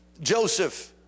joseph